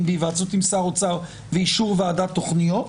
- בהיוועצות עם שר אוצר ואישור ועדת תוכניות,